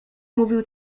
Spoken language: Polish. mówił